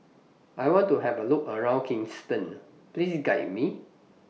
I want to Have A Look around Kingston Please Guide Me